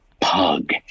pug